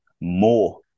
more